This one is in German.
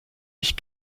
nicht